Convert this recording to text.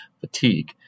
fatigue